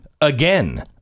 again